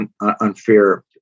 unfair